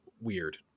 weird